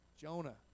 Jonah